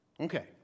Okay